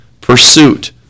pursuit